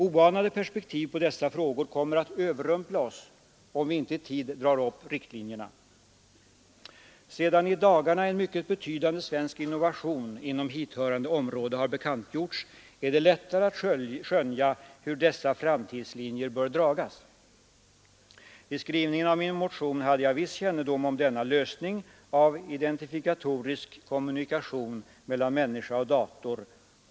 Oanade perspektiv på dessa frågor kommer att överrumpla oss, om inte riktlinjerna dras upp i tid. Sedan i dagarna en mycket betydande svensk innovation inom hithörande område har bekantgjorts är det lättare att skönja hur dessa framtidslinjer bör dragas. Vid skrivningen av min motion hade jag genom kontakt med tekniska kolleger kännedom om denna lösning av identifikatorisk kommunikation mellan människa och dator.